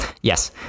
Yes